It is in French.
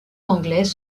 anglais